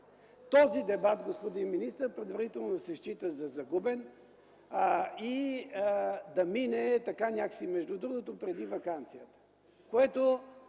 този дебат, господин министър, предварително да се счита за загубен и да мине така, някак си между другото, преди ваканцията,